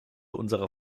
unserer